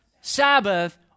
Sabbath